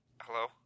Hello